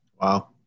Wow